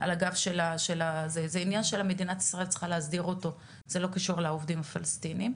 הגב של אותם עמיתים, אותם עובדים פלסטינים.